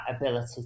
ability